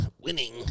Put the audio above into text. winning